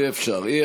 אי-אפשר, אי-אפשר.